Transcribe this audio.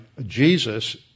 Jesus